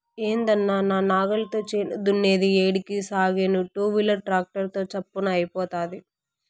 ఏందన్నా నా నాగలితో చేను దున్నేది ఏడికి సాగేను టూవీలర్ ట్రాక్టర్ తో చప్పున అయిపోతాది